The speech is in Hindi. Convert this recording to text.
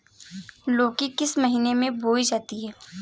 लौकी किस महीने में बोई जाती है?